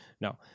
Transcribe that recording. No